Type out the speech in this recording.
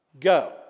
Go